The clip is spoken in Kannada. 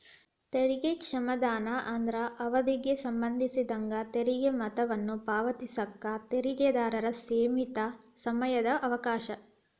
ತೆರಿಗೆ ಕ್ಷಮಾದಾನ ಅಂದ್ರ ಅವಧಿಗೆ ಸಂಬಂಧಿಸಿದಂಗ ತೆರಿಗೆ ಮೊತ್ತವನ್ನ ಪಾವತಿಸಕ ತೆರಿಗೆದಾರರ ಸೇಮಿತ ಸಮಯದ ಅವಕಾಶ